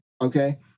okay